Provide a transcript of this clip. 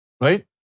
right